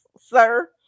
sir